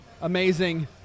amazing